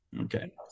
Okay